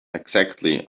exactly